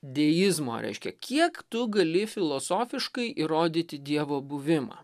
deizmo reiškia kiek tu gali filosofiškai įrodyti dievo buvimą